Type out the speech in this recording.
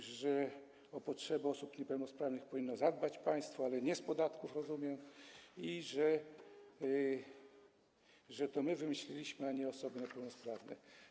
Mówiła, że o potrzeby osób niepełnosprawnych powinno zadbać państwo, ale nie z podatków, jak rozumiem, i że to my wymyśliliśmy, a nie osoby niepełnosprawne.